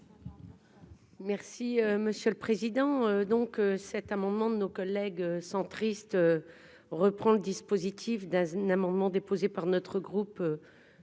Merci monsieur le président, donc, cet amendement de nos collègues centristes reprend le dispositif d'un amendement déposé par notre groupe